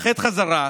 נתאחד חזרה,